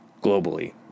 globally